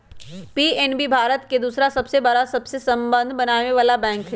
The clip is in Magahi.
पी.एन.बी भारत के दूसरा सबसे बड़ा सबसे संबंध रखनेवाला बैंक हई